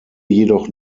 jedoch